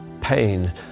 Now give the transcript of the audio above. pain